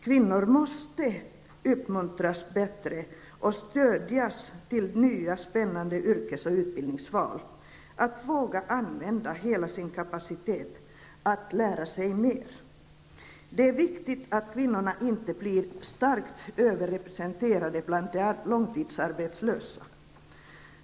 Kvinnor måste uppmuntras bättre och stödjas till nya spännande yrkes och utbildningsval, till att våga använda hela sin kapacitet och att lära sig mer. Det är viktigt att kvinnorna inte blir starkt överrepresenterade bland de långtidsarbetslösa.